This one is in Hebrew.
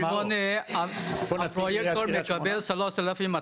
הפרויקטור מקבל 3,200